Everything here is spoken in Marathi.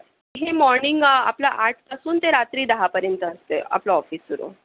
हे मॉर्निंग आपलं आठपासून ते रात्री दहापर्यंत असते आपलं ऑफिस सुरू